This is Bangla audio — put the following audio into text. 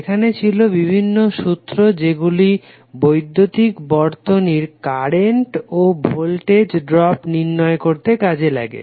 সেখানে ছিল বিভিন্ন সূত্র যেগুলো বৈদ্যুতিক বর্তনীর কারেন্ট ও ভোল্টেজ ড্রপ নির্ণয় করতে কাজে লাগে